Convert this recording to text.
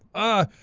ah.